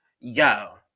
yo